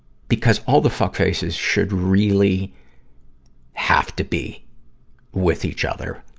because all the fuckfaces should really have to be with each other.